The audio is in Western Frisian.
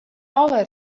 alle